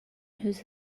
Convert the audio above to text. whose